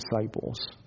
disciples